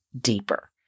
deeper